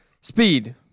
Speed